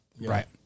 right